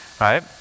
Right